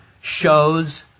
shows